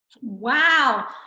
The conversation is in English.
Wow